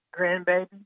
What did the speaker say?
grandbaby